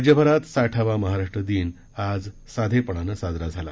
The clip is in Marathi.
राज्यभरात साठावा महाराष्ट्र दिन आज साधेपणानं साजरा झाला